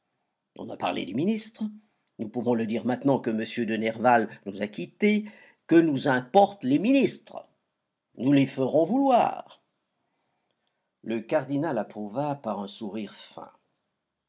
on a parlé des ministres nous pouvons le dire maintenant que m de nerval nous a quittés que nous importent les ministres nous les ferons vouloir le cardinal approuva par un sourire fin